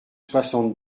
soixante